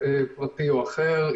או קורונה,